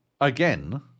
again